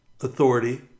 authority